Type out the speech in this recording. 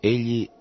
Egli